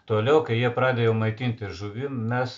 toliau kai jie pradeda jau maitintis žuvim mes